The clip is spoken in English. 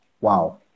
Wow